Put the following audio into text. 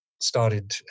started